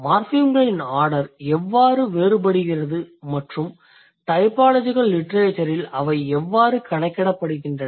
மார்ஃபிம்களின் order எவ்வாறு வேறுபடுகிறது மற்றும் டைபாலஜிகல் லிட்ரேச்சரில் அவை எவ்வாறு கணக்கிடப்படுகின்றன